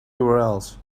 urls